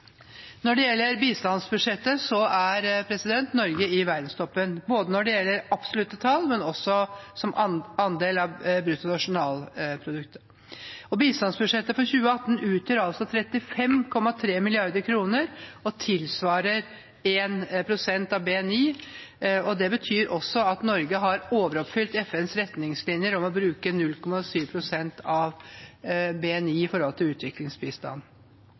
Når det gjelder bistandsbudsjettet, er Norge i verdenstoppen, både når det gjelder absolutte tall, og også som andel av bruttonasjonalproduktet. Bistandsbudsjettet for 2018 utgjør altså 35,3 mrd. kr og tilsvarer 1 pst. av BNI. Det betyr også at Norge har overoppfylt FNs retningslinjer om å bruke 0,7 pst. av BNI til utviklingsbistand. I 2017 beløp bistanden seg til